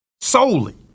Solely